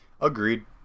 Agreed